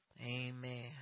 Amen